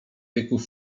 wieków